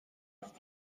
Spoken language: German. ist